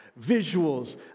visuals